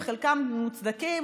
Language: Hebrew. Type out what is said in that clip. חלקם מוצדקים,